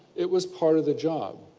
it was part of the job.